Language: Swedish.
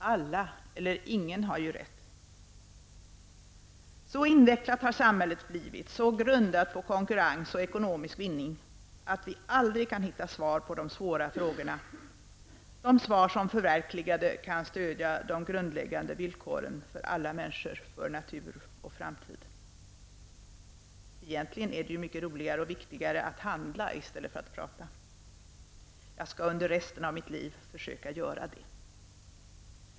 Alla eller ingen har ju rätt. Så invecklat har samhället blivit, så grundat på konkurrens och ekonomisk vinning, att vi aldrig kan hitta svar på de svåra frågorna, de svar som förverkligade kan stödja de grundläggande villkoren för alla människor, för natur och framtid. Egentligen är det mycket roligare och viktigare att handla i stället för att tala. Jag skall under resten av mitt liv försöka göra det.